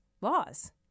laws